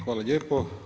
Hvala lijepo.